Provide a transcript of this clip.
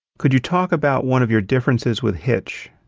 could you talk about one of your differences with hitch?